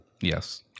Yes